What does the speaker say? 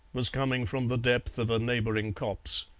was coming from the depth of a neighbouring copse,